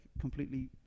completely